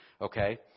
okay